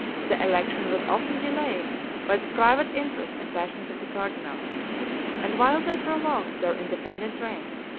the election was often delayed by the private interest and passions of the cardinals and while they prolonged their independent reign,